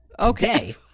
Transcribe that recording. today